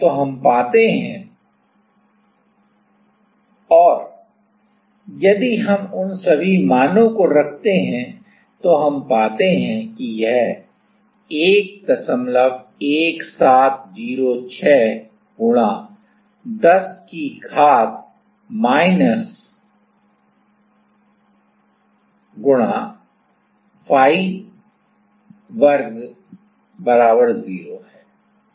इसलिए यदि हम उन सभी मानों को रखते हैं तो हम पाते हैं कि यह 11706 गुणा10 की घात माइनस गुणा फाई वर्ग बराबर 0 है